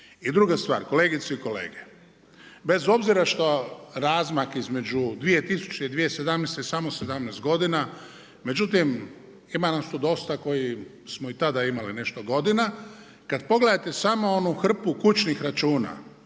I druga stvar, kolegice i kolege, bez obzira što razmak između 2000. i 2017. je samo 17 godina, međutim, ima nas tu dosta koji smo i tada imali nešto godina, kad pogledate samo onu hrpu kućnih računa